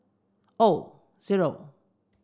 O zero